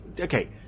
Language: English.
Okay